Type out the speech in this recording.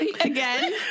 again